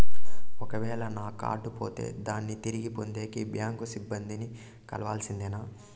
ఒక వేల నా కార్డు పోతే దాన్ని తిరిగి పొందేకి, బ్యాంకు సిబ్బంది ని కలవాల్సిందేనా?